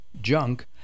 junk